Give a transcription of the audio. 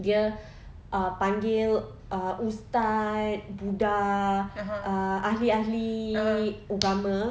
dia ah panggil uh ustaz buddha ah ahli-ahli ugama